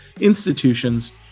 institutions